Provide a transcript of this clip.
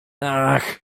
ach